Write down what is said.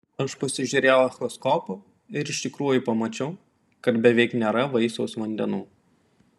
aš pasižiūrėjau echoskopu ir iš tikrųjų pamačiau kad beveik nėra vaisiaus vandenų